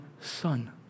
Son